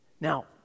Now